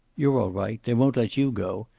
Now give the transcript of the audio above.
you're all right. they won't let you go.